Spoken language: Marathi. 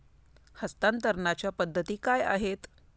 हस्तांतरणाच्या पद्धती काय आहेत?